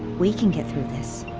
we can get through this.